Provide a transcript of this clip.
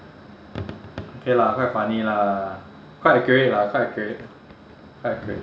okay lah quite funny lah quite accurate lah quite accurate quite accurate